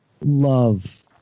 love